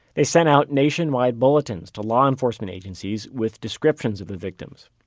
they sent out nationwide bulletins to law enforcement agencies with descriptions of the victims.